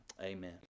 amen